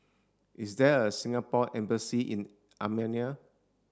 is there a Singapore embassy in Armenia